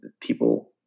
people